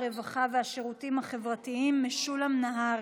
הרווחה והשירותים החברתיים משולם נהרי.